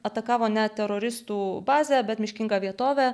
atakavo ne teroristų bazę bet miškingą vietovę